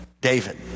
David